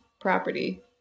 property